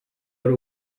ari